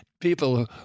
people